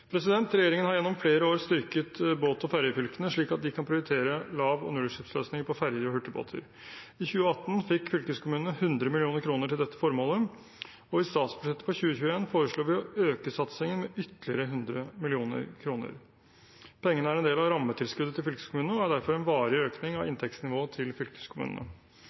Regjeringen har gjennom flere år styrket båt- og fergefylkene slik at de kan prioritere lav- og nullutslippsløsninger på ferger og hurtigbåter. I 2018 fikk fylkeskommunene 100 mill. kr til dette formålet, og i statsbudsjettet for 2021 foreslår vi å øke satsingen med ytterligere 100 mill. kr. Pengene er en del av rammetilskuddet til fylkeskommunene og er derfor en varig økning av inntektsnivået til fylkeskommunene.